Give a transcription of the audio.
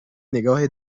نگاه